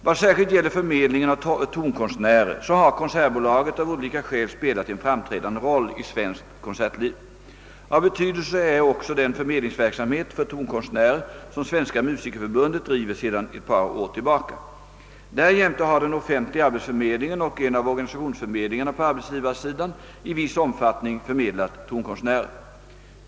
Vad särskilt gäller förmedlingen av tonkonstnärer har Konsertbolaget av olika skäl spelat en framträdande roll i svenskt konsertliv. Av betydelse är också den förmedlingsverksamhet för tonkonstnärer som Svenska musikerförbundet driver sedan ett par år tillbaka. Därjämte har den offentliga arbetsförmedlingen och en av organisationsförmedlingarna på arbetsgivarsidan i viss omfattning förmedlat tonkonstnärer.